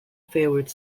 favorite